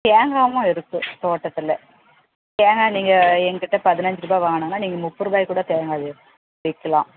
தேங்காயும் இருக்குது தோட்டத்தில் தேங்காய் நீங்கள் எங்கிட்டே பதினஞ்சு ரூபாய் வாங்கினனா நீங்கள் முப்பது ரூபாய்க்கு கூட தேங்காய் வி விற்கலாம்